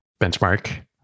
Benchmark